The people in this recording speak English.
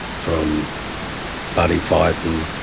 from buddy fighting,